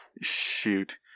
shoot